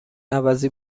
عوضی